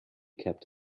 kept